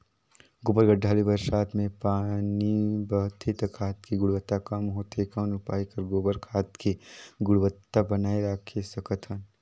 गोबर गढ्ढा ले बरसात मे पानी बहथे त खाद के गुणवत्ता कम होथे कौन उपाय कर गोबर खाद के गुणवत्ता बनाय राखे सकत हन?